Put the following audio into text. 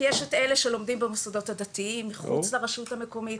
כי יש את אלה שלומדים במוסדות הדתיים מחוץ לרשות המקומית,